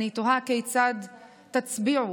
אני תוהה כיצד תצביעו.